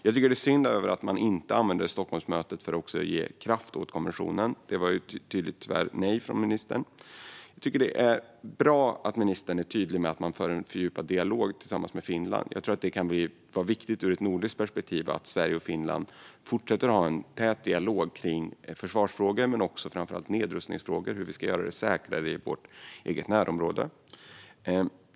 Jag tycker att det är synd att man inte använder Stockholmsmötet för att ge kraft åt konventionen. Där sa ju ministern tyvärr tydligt nej. Jag tycker att det är bra att ministern är tydlig med att man för en fördjupad dialog med Finland. Jag tror att det kan vara viktigt ur ett nordiskt perspektiv att Sverige och Finland fortsätter att ha en tät dialog i försvarsfrågor men framför allt i nedrustningsfrågor - hur vi ska göra det säkrare i vårt eget närområde.